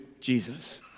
Jesus